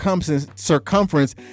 circumference